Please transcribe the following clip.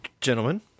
gentlemen